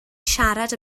siarad